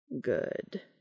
Good